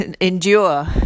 endure